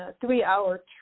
three-hour